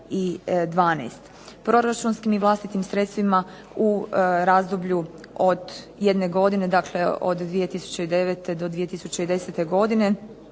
Proračunskim i vlastitim sredstvima u razdoblju od 1 godine, dakle od 2009. do 2010. godine